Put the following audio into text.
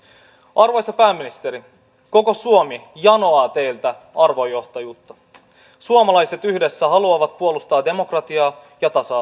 arvoisa pääministeri koko suomi janoaa teiltä arvojohtajuutta suomalaiset yhdessä haluavat puolustaa demokratiaa ja tasa